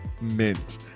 mint